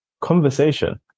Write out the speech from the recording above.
conversation